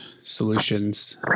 solutions